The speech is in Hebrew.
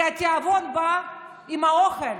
כי התיאבון בא עם האוכל,